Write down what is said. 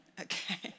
Okay